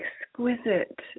exquisite